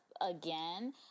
again